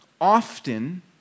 often